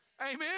Amen